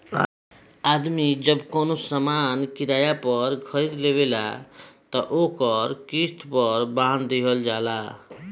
आदमी जब कवनो सामान किराया पर खरीद लेवेला त ओकर किस्त पर बांध दिहल जाला